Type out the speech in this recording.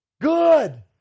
good